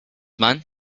man